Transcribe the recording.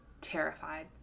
terrified